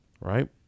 right